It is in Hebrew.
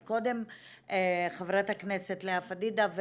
אז קודם חברת הכנסת לאה פדידה.